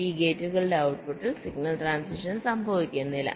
ഈ ഗേറ്റുകളുടെ ഔട്ട്പുട്ടിൽ സിഗ്നൽ ട്രാന്സിഷൻ സംഭവിക്കില്ല